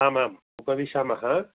आम् आम् उपविशामः